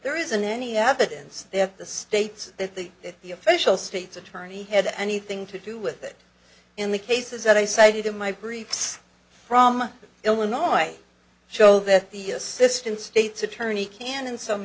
there isn't any evidence that the states that the the official state's attorney had anything to do with it in the cases that i cited in my briefs from illinois show that the assistant state's attorney can in some